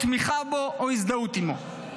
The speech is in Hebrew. תמיכה בו או הזדהות עימו.